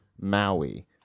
Maui